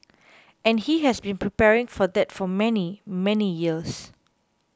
and he has been preparing for that for many many years